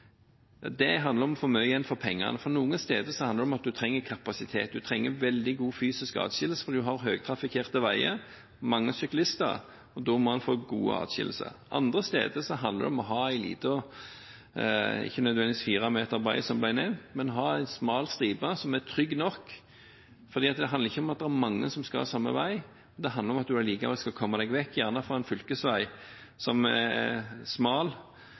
handler om å få mye igjen for pengene, for noen steder handler det om at en trenger kapasitet, at en trenger veldig god fysisk adskillelse fordi en har høytrafikkerte veier, mange syklister, og da må en få god adskillelse. Andre steder handler det om å ha en liten stripe, ikke nødvendigvis 4 meter bred, som ble nevnt, men ha en smal stripe som er trygg nok – fordi det handler ikke om at det er mange som skal samme vei; det handler om at du likevel skal komme deg vekk, gjerne fra en fylkesvei som er smal,